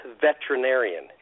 veterinarian